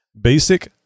basic